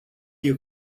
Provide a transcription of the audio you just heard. you